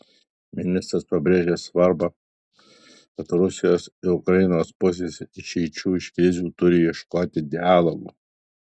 ministras pabrėžė svarbą kad rusijos ir ukrainos pusės išeičių iš krizių turi ieškoti dialogu